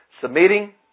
Submitting